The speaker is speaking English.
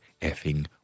effing